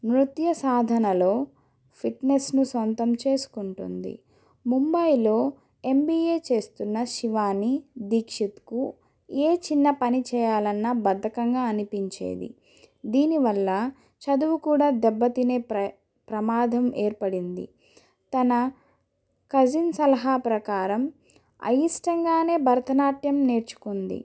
నృత్య సాధనలో ఫిట్నెస్ను స్వంతం చేసుకుంటుంది ముంబాయిలో ఎంబిఏ చేస్తున్న శివాని దీక్షిత్కు ఏ చిన్న పని చేయాలన్నా బద్ధకంగా అనిపించేది దీనివల్ల చదువు కూడా దెబ్బతినే ప్ర ప్రమాదం ఏర్పడింది తన కజిన్ సలహా ప్రకారం అయిష్టంగానే భరత నాట్యం నేర్చుకుంది